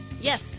Yes